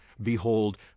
Behold